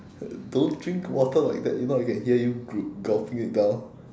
don't drink water like that you know I can hear you gulp~ gulping it down